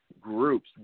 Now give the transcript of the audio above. groups